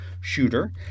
shooter